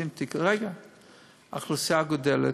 האוכלוסייה גדלה,